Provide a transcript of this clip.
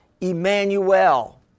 Emmanuel